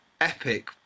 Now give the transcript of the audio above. epic